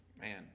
Man